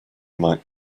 might